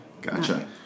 Gotcha